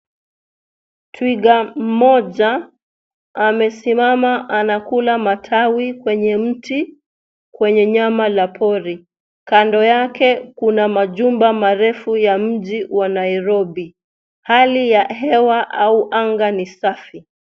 Twiga mmoja , amesimama anakula matawi kwenye mti, kwenye nyama la pori. Kando yake kuna majumba marefu ya mji wa Nairobi. Hali ya hewa au anga ni safi.